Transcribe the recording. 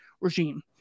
regime